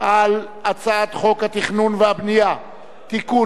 על הצעת חוק התכנון והבנייה (תיקון,